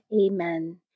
Amen